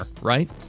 right